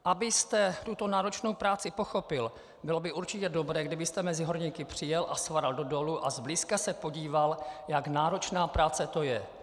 Abyste tuto náročnou práci pochopil, bylo by určitě dobré, kdybyste mezi horníky přijel, sfáral do dolů a zblízka se podíval, jak náročná práce to je.